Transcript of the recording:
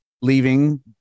leaving